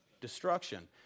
Destruction